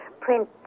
print